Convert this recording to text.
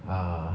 uh